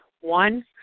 one